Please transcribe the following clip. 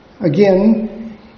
Again